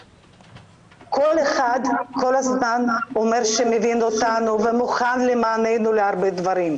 כל אחד כל הזמן אומר שמבין אותנו ומוכן להרבה דברים למעננו,